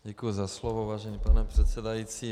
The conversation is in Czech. Děkuji za slovo, vážený pane předsedající.